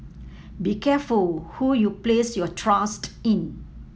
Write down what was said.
be careful who you place your trust in